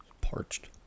Parched